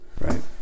right